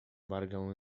wargę